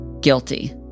Guilty